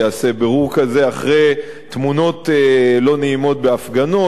ייעשה בירור כזה אחרי תמונות לא נעימות בהפגנות,